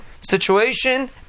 situation